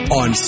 on